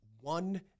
one